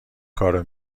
کارو